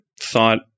thought